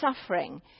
suffering